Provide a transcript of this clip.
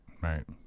right